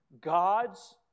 God's